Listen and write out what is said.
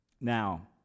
Now